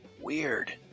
Weird